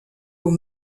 aux